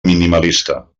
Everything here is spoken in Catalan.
minimalista